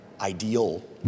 ideal